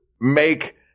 make